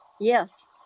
Yes